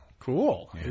Cool